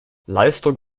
leistung